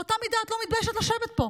באותה מידה את לא מתביישת לשבת פה.